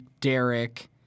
Derek